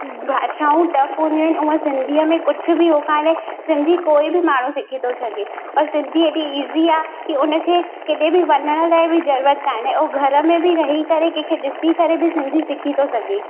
भाषाऊं टफ हूंदियूं आहिनि उअं सिंधीअ में कुझु बि हो कोन्हे सिंधी कोई बि माण्हू सिखी थो सघे ऐं सिंधी एडी ईज़ी आहे की हुनखे किथे बि वञण लाइ बि जरूरत कोन्हे ऐं घर में बि रही करे कंहिंखे ॾिसी करे बि सिंधी सिखी थो सघे